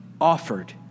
offered